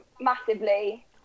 massively